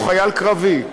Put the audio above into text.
חייל קרבי.